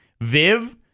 Viv